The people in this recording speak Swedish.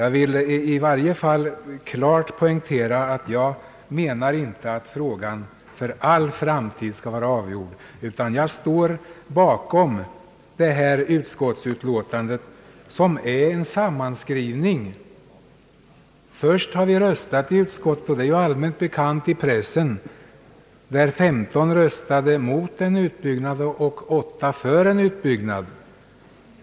Jag vill i varje fall klart poängtera att jag inte menar att frågan skall vara avgjord för all framtid, utan jag står bakom detta utskottsutlåtande, som är en sammanskrivning. Först röstade vi i utskottet — det är allmänt bekant genom pressen att 15 röstade mot en utbyggnad och 8 för.